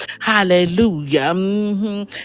Hallelujah